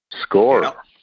score